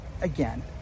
again